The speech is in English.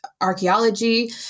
archaeology